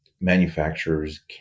manufacturers